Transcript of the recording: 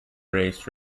race